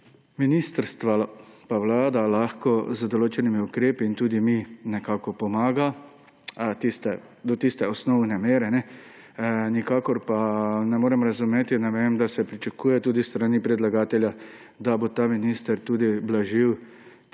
ministrstva pa Vlada lahko z določenimi ukrepi, in tudi mi, nekako pomaga do tiste osnovne mere, nikakor pa ne morem razumeti, da se pričakuje tudi s strani predlagatelja, da bo ta minister tudi blažil